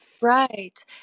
Right